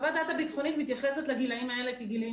חוות הדעת הביטחונית מתייחסת לגילאים האלה כגילאים